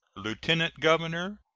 lieutenant-governor,